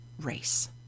race